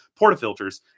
portafilters